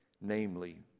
namely